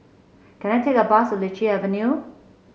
can I take a bus Lichi Avenue